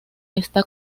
está